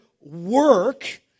work